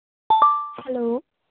hello